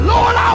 Lord